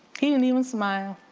he didn't even smile.